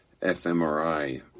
fMRI